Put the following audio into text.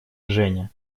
женя